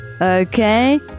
okay